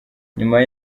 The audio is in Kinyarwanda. nyuma